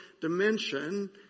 dimension